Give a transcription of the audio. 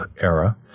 Era